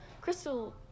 Crystal